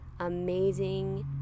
amazing